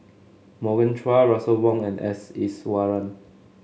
Morgan Chua Russel Wong and S Iswaran